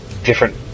different